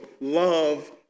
love